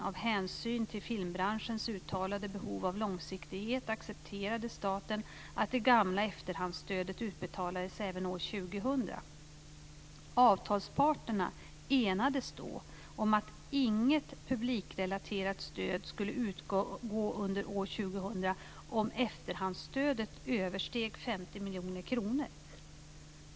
Av hänsyn till filmbranschens uttalade behov av långsiktighet accepterade staten att det gamla efterhandsstödet utbetalades även år 2000. Avtalsparterna enades då om att inget publikrelaterat stöd skulle utgå under år 2000 om efterhandsstödet översteg 50 miljoner kronor.